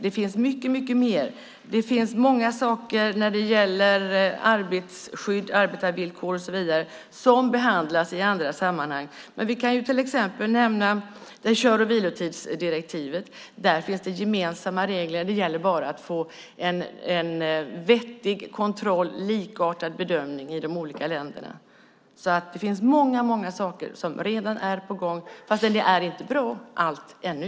Det finns mycket mer. Det finns många saker när det gäller arbetarskydd, arbetsvillkor och så vidare som behandlas i andra sammanhang. Vi kan till exempel nämna kör och vilotidsdirektivet. Där finns det gemensamma regler. Det gäller bara att få en vettig kontroll och likartad bedömning i de olika länderna. Det finns många saker som redan är på gång. Fast allt är inte bra ännu.